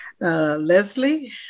Leslie